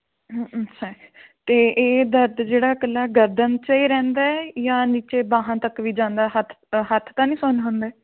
ਅੱਛਾ ਅਤੇ ਇਹ ਦਰਦ ਜਿਹੜਾ ਇਕੱਲਾ ਗਰਦਨ 'ਚ ਹੀ ਰਹਿੰਦਾ ਹੈ ਜਾਂ ਨੀਚੇ ਬਾਹਾਂ ਤੱਕ ਵੀ ਜਾਂਦਾ ਹੱਥ ਹੱਥ ਤਾਂ ਨਹੀਂ ਸੁੰਨ ਹੁੰਦੇ